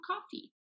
coffee